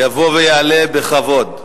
יבוא ויעלה בכבוד,